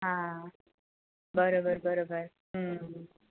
हां बरोबर बरोबर